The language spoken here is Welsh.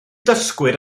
dysgwyr